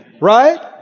Right